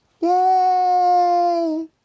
Yay